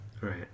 right